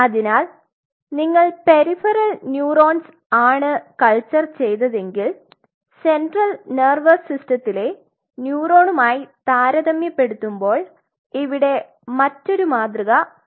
അതിനാൽ നിങ്ങൾ peripheral neurons ആണ് കൽച്ചർ ചെയ്യുന്നതെങ്കിൽ സെൻട്രൽ നേർവസ് സിസ്റ്റത്തില്ലേ ന്യൂറോണുമായി താരതമ്യപ്പെടുത്തുമ്പോൾ ഇവിടെ മറ്റൊരു മാതൃക പിന്തുടരണം